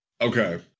Okay